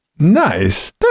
nice